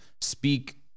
Speak